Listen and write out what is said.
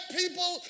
people